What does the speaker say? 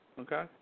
Okay